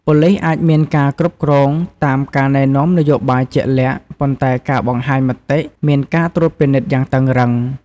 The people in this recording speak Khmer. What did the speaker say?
ប៉ូលីសអាចមានការគ្រប់គ្រងតាមការណែនាំនយោបាយជាក់លាក់ ប៉ុន្តែការបង្ហាញមតិមានការត្រួតពិនិត្យយ៉ាងតឹងរឹង។